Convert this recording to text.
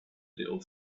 little